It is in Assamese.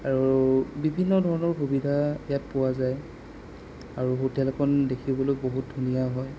আৰু বিভিন্ন ধৰণৰ সুবিধা ইয়াত পোৱা যায় আৰু হোটেলখন দেখিবলৈ বহুত ধুনীয়া হয়